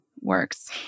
works